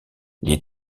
les